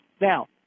Now